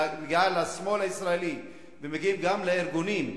מגיעה לשמאל הישראלי ומגיעה גם לארגונים,